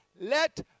Let